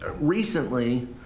Recently